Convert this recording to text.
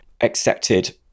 accepted